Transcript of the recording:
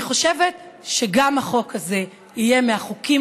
אני חושבת שגם החוק הזה יהיה מהחוקים